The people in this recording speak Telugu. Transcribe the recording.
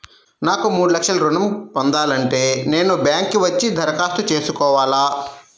నాకు మూడు లక్షలు ఋణం ను పొందాలంటే నేను బ్యాంక్కి వచ్చి దరఖాస్తు చేసుకోవాలా?